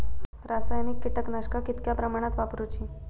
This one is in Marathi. रासायनिक कीटकनाशका कितक्या प्रमाणात वापरूची?